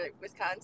Wisconsin